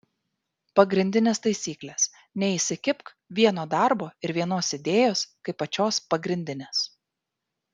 pagrindinės taisyklės neįsikibk vieno darbo ir vienos idėjos kaip pačios pagrindinės